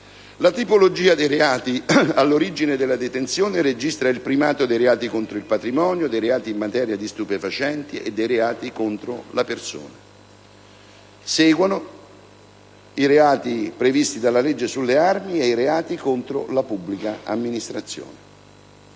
La tipologia dei reati all'origine della detenzione registra il primato dei reati contro il patrimonio, dei reati in materia di stupefacenti e dei reati contro la persona. Seguono i reati previsti dalla legge sulle armi e i reati contro la pubblica amministrazione.